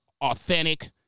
authentic